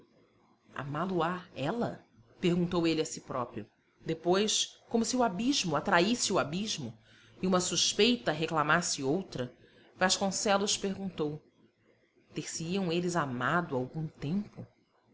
dolorosa amá lo á ela perguntou ele a si próprio depois como se o abismo atraísse o abismo e uma suspeita reclamasse outra vasconcelos perguntou ter se iam eles amado algum tempo